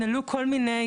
עלו כל מיני